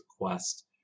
request